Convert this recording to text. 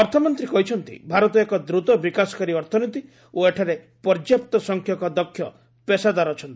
ଅର୍ଥମନ୍ତ୍ରୀ କହିଛନ୍ତି ଭାରତ ଏକ ଦ୍ରତବିକାଶକାରୀ ଅର୍ଥନୀତି ଓ ଏଠାରେ ପର୍ଯ୍ୟାପ୍ତ ସଂଖ୍ୟକ ଦକ୍ଷ ପେଶାଦାର ଅଛନ୍ତି